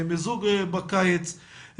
מיזוג בקיץ,